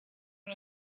and